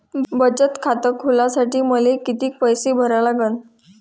बचत खात खोलासाठी मले किती पैसे भरा लागन?